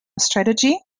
strategy